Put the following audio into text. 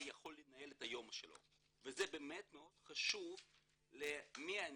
יכול לנהל את היום שלו וזה באמת מאוד חשוב ל-מי אני,